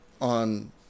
on